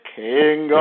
king